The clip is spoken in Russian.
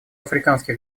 африканских